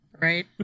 Right